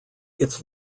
its